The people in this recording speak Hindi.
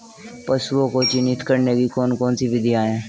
पशुओं को चिन्हित करने की कौन कौन सी विधियां हैं?